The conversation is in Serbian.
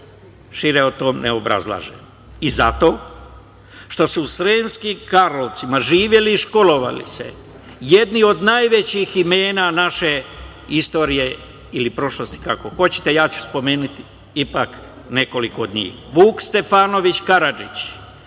prostorima i zato što su u Sremskim Karlovcima živeli i školovali se jedni od najvećih imena naše istorije ili prošlosti, kako hoćete, ja ću spomenuti ipak nekoliko od njih: Vuk Stefanović Karadžić,